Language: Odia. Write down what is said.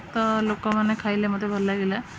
ତ ଲୋକମାନେ ଖାଇଲେ ମୋତେ ଭଲ ଲାଗିଲା